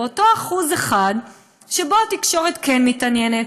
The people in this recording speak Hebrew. באותו 1% שבו התקשורת כן מתעניינת,